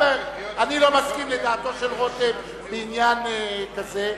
כלומר אני לא מסכים לדעתו של רותם בעניין כזה,